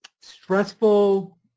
stressful